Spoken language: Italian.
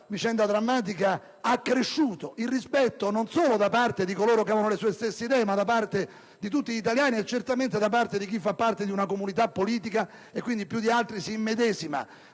vicenda drammatica, accresciuto il rispetto non solo da parte di coloro che avevano le sue stesse idee, ma da parte di tutti gli italiani e, certamente, da parte di chi appartiene ad una comunità politica e quindi, più di altri, si immedesima